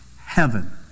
heaven